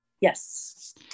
Yes